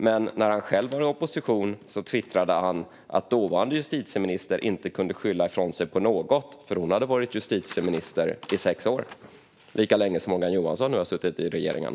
Men när han själv var i opposition twittrade han att den dåvarande justitieministern inte kunde skylla ifrån sig på något, för hon hade varit justitieminister i sex år - lika länge som Morgan Johansson nu har suttit i regeringen.